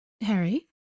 Harry